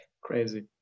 crazy